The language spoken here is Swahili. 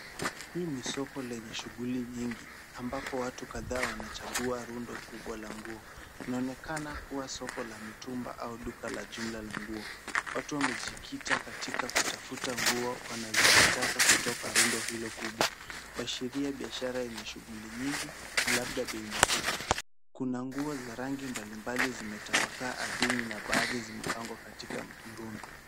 Hii ni soko lenye shughuli nyingi ambapo watu kadhaa wanachagua rundo kubwa la nguo. Inaonekana kuwa soko la mitumba au duka la jumla la nguo. Watu wamejikita katika kutafuta nguo wanazozitaka kutoka rundo hilo kubwa kuashuria biashara yenye shughuli nyingi na labda bei nafuu. Kuna nguo za rangi mbalimbali zimetapakaa ardhini na baadhi zimepangwa katika mrundo.